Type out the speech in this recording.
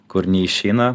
kur neišeina